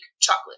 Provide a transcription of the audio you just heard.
chocolate